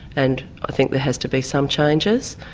and i think there has to be some changes,